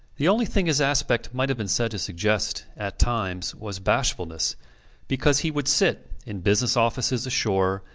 the only thing his aspect might have been said to suggest, at times, was bashfulness because he would sit, in business offices ashore,